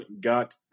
got